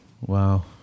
Wow